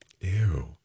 Ew